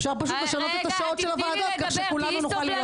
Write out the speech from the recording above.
אפשר פשוט לשנות את השעות של הוועדות כך שכולנו נוכל להיות.